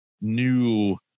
new